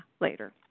later